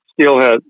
Steelhead